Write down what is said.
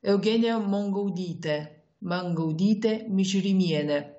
eugenija mungaudytė mangaudytė mišiurinienė